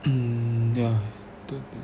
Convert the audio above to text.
mm ya